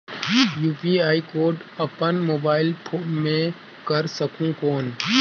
UPI code अपन mobile phone मे कर सकहुं कौन?